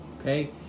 okay